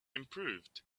improved